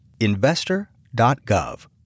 Investor.gov